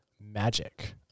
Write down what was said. magic